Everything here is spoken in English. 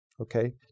Okay